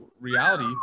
reality